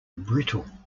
brittle